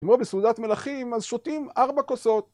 כמו בסעודת מלכים, אז שותים ארבע כוסות.